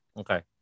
Okay